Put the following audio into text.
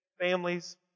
Families